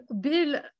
Bill